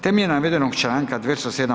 Temeljem navedenog članka 207.